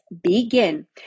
begin